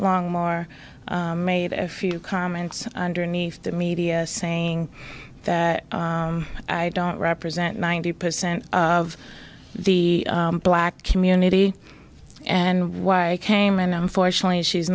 long more made a few comments underneath the media saying that i don't represent ninety percent of the black community and why i came unfortunately she's